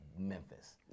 Memphis